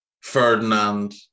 Ferdinand